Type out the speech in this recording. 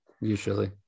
Usually